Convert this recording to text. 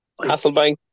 Hasselbank